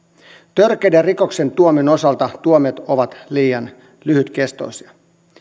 törkeiden rikoksien tuomioiden osalta tuomiot ovat liian lyhytkestoisia